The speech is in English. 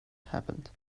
happened